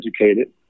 educated